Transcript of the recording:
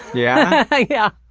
yeah? yeah.